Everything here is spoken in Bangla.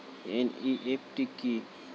এন.ই.এফ.টি কি?